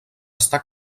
està